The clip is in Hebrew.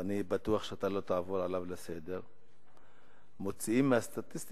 ואני בטוח שאתה לא תעבור עליו לסדר-היום: מוציאים מהסטטיסטיקה